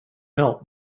help